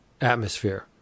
atmosphere